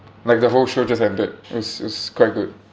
like the whole show just ended it was it was quite good